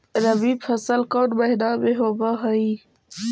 रबी फसल कोन महिना में होब हई?